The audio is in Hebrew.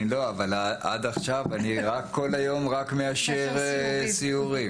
אבל עד עכשיו אני כל היום רק מאשר סיורים.